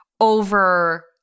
over